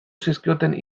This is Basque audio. zizkioten